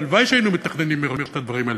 והלוואי שהיינו מתכננים מראש את הדברים האלה.